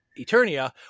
Eternia